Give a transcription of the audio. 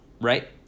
right